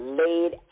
laid